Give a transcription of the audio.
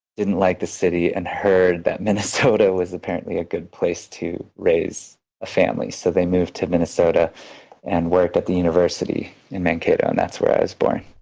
didn't like the city and heard that minnesota was apparently a good place to raise a family, so they moved to minnesota and worked at the university in mankato. and that's where i was born.